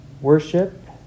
Worship